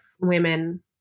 women